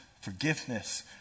forgiveness